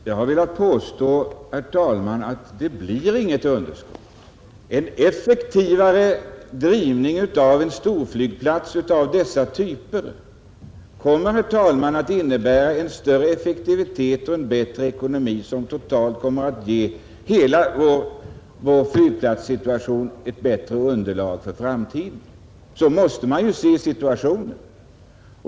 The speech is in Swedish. Jag vill påstå, herr talman, att det inte blir något underskott. En effektivare drift av en storflygplats av denna typ kommer att innebära större effektivitet och ge bättre ekonomi som totalt kommer att ge alla flygplatser ett bättre underlag för framtiden. Så måste man se situationen.